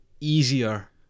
easier